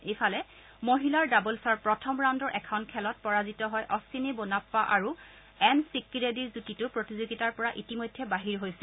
ইফালে মহিলাৰ ডাবলছৰ প্ৰথম ৰাউণ্ডৰ এখন খেলত পৰাজিত হৈ অখ্বিনী বোন্নাপ্পা আৰু এন চিক্কিৰেড্ডীৰ যুটিটো প্ৰতিযোগিতাৰ পৰা ইতিমধ্যে বাহিৰ হৈছে